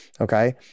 okay